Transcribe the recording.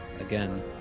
again